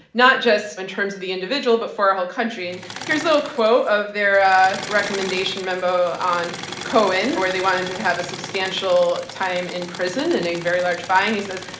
not just in terms of the individual, but for the whole country. and here's little quote of their ah recommendation memo on cohen, where they want him to have substantial time in prison and a very large fine. he says,